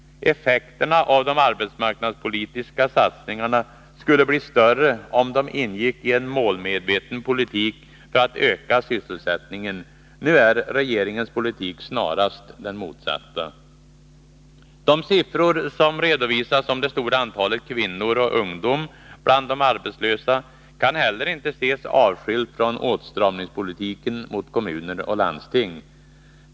Effekterna av de arbetsmarknadspolitiska satsningarna skulle bli större, om de ingick i en målmedveten politik för att öka sysselsättningen. Nu är regeringens politik snarast den motsatta. De siffror över det stora antalet kvinnor och ungdom bland de arbetslösa som redovisats kan heller inte ses avskilt från åtstramningspolitiken mot kommuner och landsting.